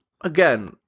again